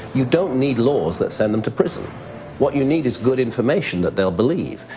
you don't need laws that send them to prison what you need is good infor mation that they'll believe.